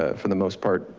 ah for the most part,